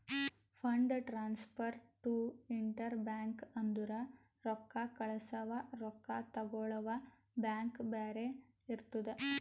fund transfer to interbank ಅಂದುರ್ ರೊಕ್ಕಾ ಕಳ್ಸವಾ ರೊಕ್ಕಾ ತಗೊಳವ್ ಬ್ಯಾಂಕ್ ಬ್ಯಾರೆ ಇರ್ತುದ್